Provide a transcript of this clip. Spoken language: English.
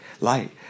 Light